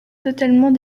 totalement